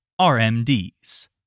RMDs